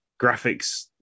Graphics